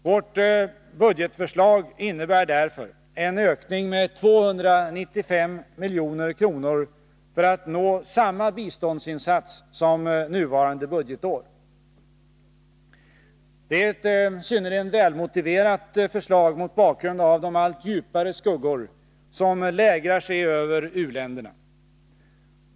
Vårt budgetförslag innebär därför en ökning med 295 milj.kr. för att vi skall nå upp till samma biståndsinsats som under nuvarande budgetår. Det är ett synnerligen välmotiverat förslag mot bakgrund av de allt djupare skuggor som lägrar sig över u-länderna.